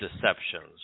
deceptions